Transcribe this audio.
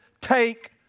take